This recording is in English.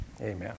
Amen